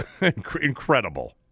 incredible